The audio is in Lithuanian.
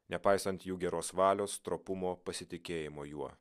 nepaisant jų geros valios stropumo pasitikėjimo juo